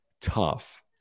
tough